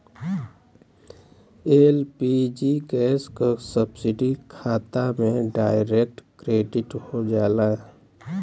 LPG gas क subsidy खाता में डायरेक्ट क्रेडिट हो जाला